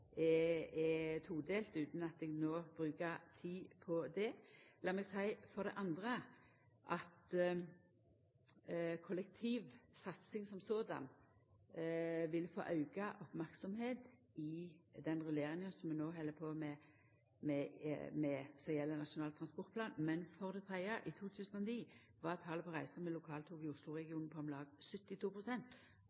todelt, utan at eg no brukar tid på dette. Lat meg for det andre seia at kollektivsatsing vil få auka merksemd i den rulleringa som vi held på med, og som gjeld Nasjonal Transportplan. For det tredje: I 2009 var talet på reiser med lokaltog i